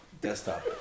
desktop